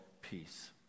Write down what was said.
peace